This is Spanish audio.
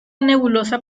nebulosa